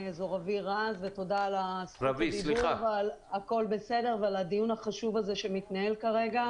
תודה על זכות הדיבור ועל הדיון החשוב הזה שמתנהל כרגע.